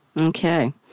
Okay